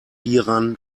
hieran